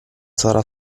sarà